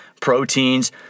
proteins